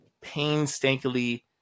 painstakingly